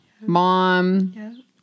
mom